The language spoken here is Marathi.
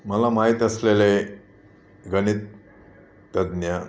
मला माहीत असलेले गणित तज्ञ